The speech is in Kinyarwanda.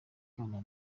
iharanira